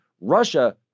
Russia